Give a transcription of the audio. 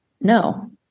No